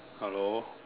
hello